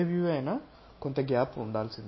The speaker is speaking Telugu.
ఏ వ్యూ అయినా గ్యాప్ ఉండాలి